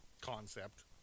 concept